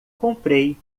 comprei